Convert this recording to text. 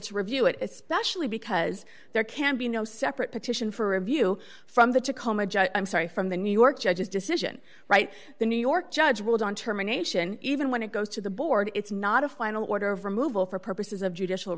to review it especially because there can be no separate petition for review from the tacoma judge i'm sorry from the new york judge's decision right the new york judge ruled on term a nation even when it goes to the board it's not a final order of removal for purposes of judicial